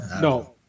No